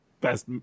best